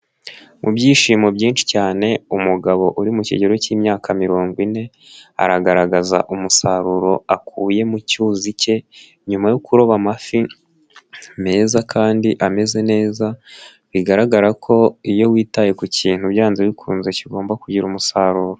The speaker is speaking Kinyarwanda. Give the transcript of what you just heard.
Mu byishimo byinshi cyane umugabo uri mu kigero cy'imyaka mirongo ine aragaragaza umusaruro akuye mu cyuzi cye nyuma yo kuroba amafi meza kandi ameze neza bigaragara ko iyo witaye ku kintu byanze bikunze kigomba kugira umusaruro.